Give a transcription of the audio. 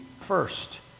first